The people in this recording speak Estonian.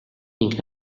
ning